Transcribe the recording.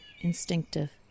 Instinctive